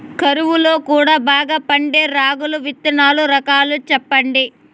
కరువు లో కూడా బాగా పండే రాగులు విత్తనాలు రకాలు చెప్పండి?